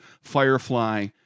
Firefly